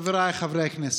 חבריי חברי הכנסת.